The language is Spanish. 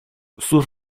sus